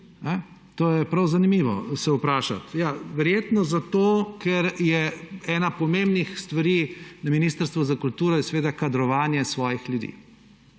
To je prav zanimivo se vprašati. Ja, verjetno zato, ker je ena pomembnih stvari na Ministrstvu za kulturo seveda kadrovanje svojih ljudi